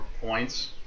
points